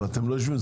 אבל אתם לא יושבים.